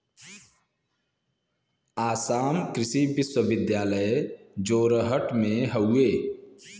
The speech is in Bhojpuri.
आसाम कृषि विश्वविद्यालय जोरहट में हउवे